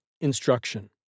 instruction